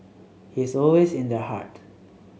he's always in the heart